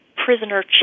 Prisoner